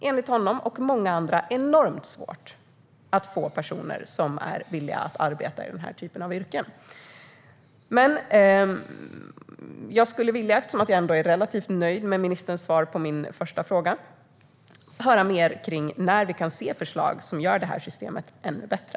Enligt honom och många andra är det enormt svårt att få personer som är villiga att arbeta i den här typen av yrken. Eftersom jag ändå är relativt nöjd med ministerns svar på min första fråga skulle jag vilja höra när får vi se förslag som gör systemet ännu bättre.